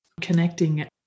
connecting